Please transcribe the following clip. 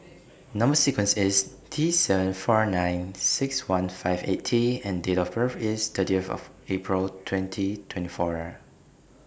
Number sequence IS T seven four nine six one five eight T and Date of birth IS thirtieth April twenty twenty four